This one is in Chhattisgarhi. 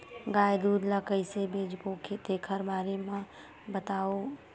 गाय दूध ल कइसे बेचबो तेखर बारे में बताओ?